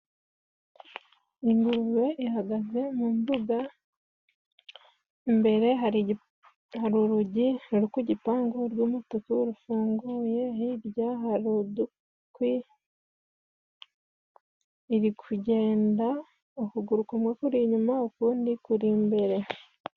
Ingurube ihagaze mu mbuga, imbere hari urugi rw'igipangu rw'umutuku rufunguye, hirya hari udukwi, iri kugenda, ukuguru kumwe kuri inyuma ukundi kuri imbere.